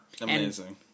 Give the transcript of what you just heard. Amazing